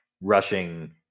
rushing